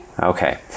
okay